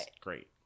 great